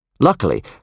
Luckily